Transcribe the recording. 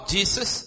Jesus